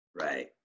Right